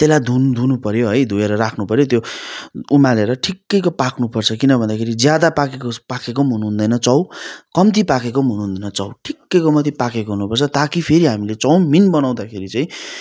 त्यसलाई धुन धुनु पऱ्यो है धोएर राख्नु पऱ्यो त्यो उमालेर ठिकैको पाक्नु पर्छ किन भन्दाखेरि ज्यादा पाकेको पाकेको हुनु हुँदैन चाउ कम्ती पाकेको हुनु हुँदैन चाउ ठिकैको मात्रै पाकेको हुनु पर्छ ताकि फेरि हामीले चाउमिन बनाउँदाखेरि चाहिँ